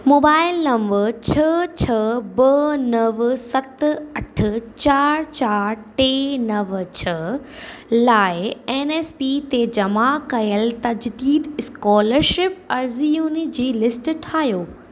mobile number छह छह ॿ नव सत अठ चारि चारि टे नव छह लाइ एन एस पी ते जमा कयल तसदीक स्कोलरशिप अर्ज़ियुनि जी लिस्ट ठाहियो